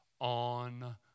on